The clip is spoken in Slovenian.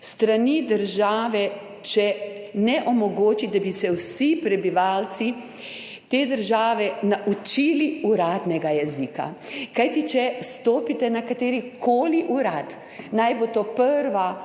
strani države, če ne omogoči, da bi se vsi prebivalci te države naučili uradnega jezika. Kajti če stopite na katerikoli urad, naj bo to prva